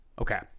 okay